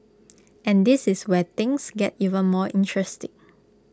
and this is where things get even more interesting